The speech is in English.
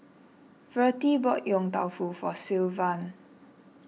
Vertie bought Yong Tau Foo for Sylvan